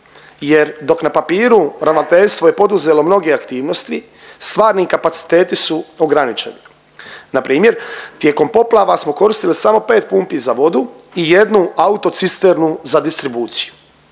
jer dok na papiru ravnateljstvo je poduzelo mnoge aktivnosti, stvarni kapaciteti su ograničeni. Npr. tijekom poplava smo koristili smo 5 pumpi za vodu i jednu autocisternu za distribuciju.